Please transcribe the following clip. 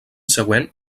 següent